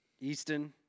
Easton